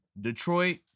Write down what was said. Detroit